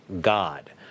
God